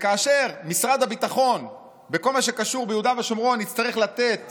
שכאשר משרד הביטחון בכל מה שקשור ביהודה ושומרון יצטרך לתת